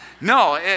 No